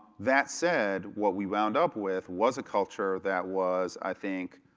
that said, what we wound up with was a culture that was, i think,